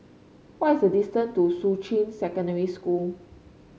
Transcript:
what is the distant to Shuqun Secondary School